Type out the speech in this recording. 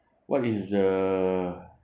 what is the